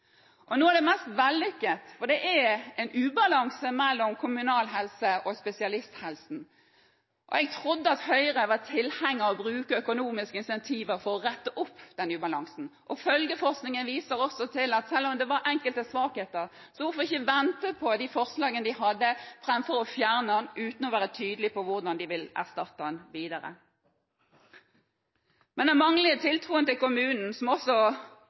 Det er en ubalanse mellom kommunalhelsetjenesten og spesialisthelsetjenesten. Jeg trodde at Høyre var tilhenger av å bruke økonomiske incentiver for å rette opp den ubalansen. Følgeforskningen viser også til at det var enkelte svakheter. Hvorfor ikke vente på forslagene de hadde, framfor å fjerne den uten å være tydelig på hvordan de ville erstatte den videre? Så til den manglende tiltroen til kommunen, som også